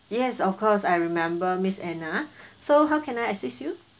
yes of course I remember miss anna so how can I assist you